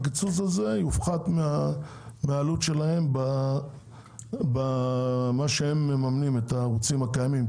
שהקיצוץ הזה יופחת מהעלות שלהם במה שהם מממנים את הערוצים הקיימים,